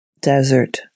desert